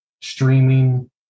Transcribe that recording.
streaming